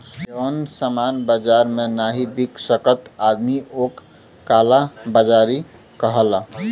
जौन सामान बाजार मे नाही बिक सकत आदमी ओक काला बाजारी कहला